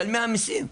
משלמי המיסים.